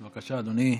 בבקשה, אדוני.